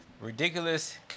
ridiculous